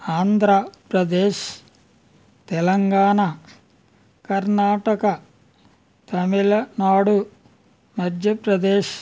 Andhra Pradesh Telangana Karnataka Tamil Nadu Madhya Pradesh